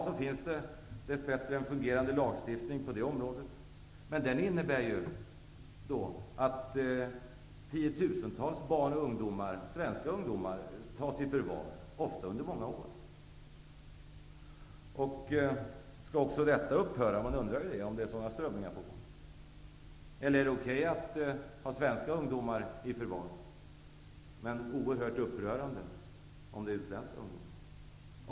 I dag finns det dess bättre en fungerande lagstiftning på det området, men den innebär ju att tiotusentals barn och ungdomar, svenska barn och ungdomar, tas i förvar, ofta under många år. Skall också detta upphöra? Man undrar ju om det är sådana strömningar på gång. Eller är det okej att ha svenska ungdomar i förvar men oerhört upprörande om det är utländska ungdomar?